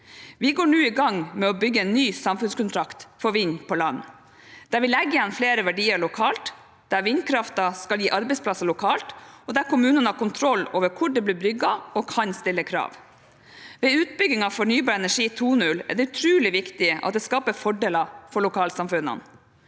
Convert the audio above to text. Vi går nå i gang med å bygge en ny samfunnskontrakt for vind på land, der vi legger igjen flere verdier lokalt, der vindkraften skal gi arbeidsplasser lokalt, og der kommunene har kontroll over hvor det blir bygd, og kan stille krav. Ved utbygging av fornybar energi 2.0 er det utrolig viktig at det skaper fordeler for lokalsamfunnene.